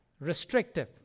restrictive